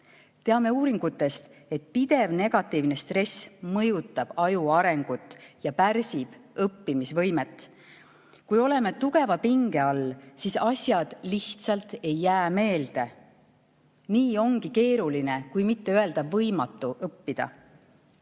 uuringutest, et pidev negatiivne stress mõjutab aju arengut ja pärsib õppimisvõimet. Kui oleme tugeva pinge all, siis asjad lihtsalt ei jää meelde. Nii ongi keeruline – kui mitte öelda võimatu – õppida.